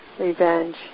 revenge